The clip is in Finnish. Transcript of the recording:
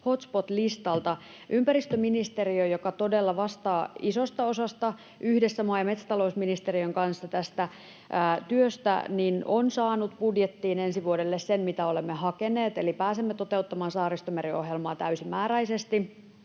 hotspot-listalta. Ympäristöministeriö, joka todella vastaa isosta osasta tätä työtä yhdessä maa- ja metsätalousministeriön kanssa, on saanut budjettiin ensi vuodelle sen, mitä olemme hakeneet, eli pääsemme toteuttamaan Saaristomeri-ohjelmaa täysimääräisesti,